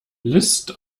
list